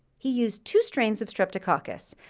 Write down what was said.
he used two strains of streptococcus,